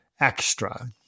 extra